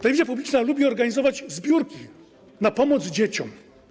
Telewizja publiczna lubi organizować zbiórki na pomoc dzieciom.